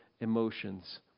emotions